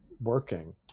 working